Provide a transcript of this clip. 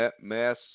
Mass